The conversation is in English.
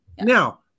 now